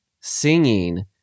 singing –